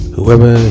Whoever